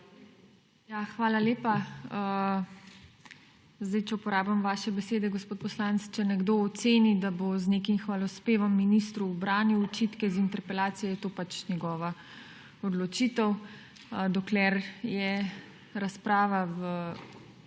Hvala lepa. Če uporabim vaše besede, gospod poslanec, če nekdo oceni, da bo z nekim hvalospevom ministru ubranil očitke iz interpelacijo, je to pač njegova odločitev. Dokler je razprava v